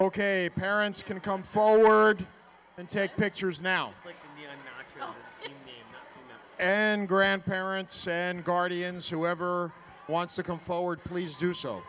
ok parents can come forward and take pictures now and grandparents and guardians whoever wants to come forward please do so